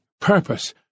purpose